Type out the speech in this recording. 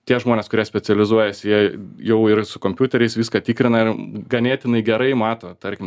tie žmonės kurie specializuojasi jie jau ir su kompiuteriais viską tikrina ir ganėtinai gerai mato tarkim